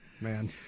Man